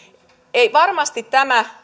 varmasti